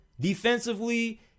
defensively